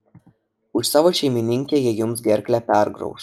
už savo šeimininkę jie jums gerklę pergrauš